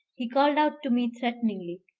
he called out to me threateningly,